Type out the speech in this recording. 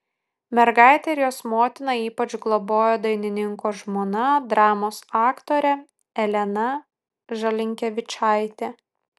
mergaitę ir jos motiną ypač globojo dainininko žmona dramos aktorė elena žalinkevičaitė